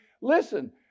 listen